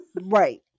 Right